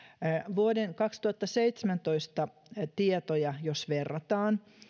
vuoden kaksituhattaseitsemäntoista tietoja jos verrataan